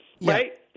right